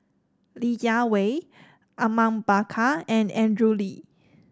Li Jiawei Awang Bakar and Andrew Lee